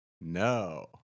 No